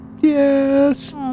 Yes